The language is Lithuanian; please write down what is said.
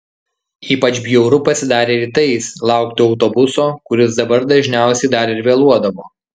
ypač bjauru pasidarė rytais laukti autobuso kuris dabar dažniausiai dar ir vėluodavo